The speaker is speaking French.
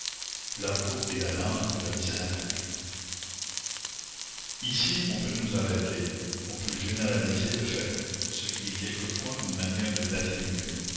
l'argot est la langue de la misère ici on peut nous arrêter on peut généraliser le fait ce qui est quelquefois une manière de l'atténuer